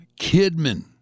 Kidman